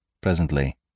Presently